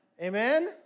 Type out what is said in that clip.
Amen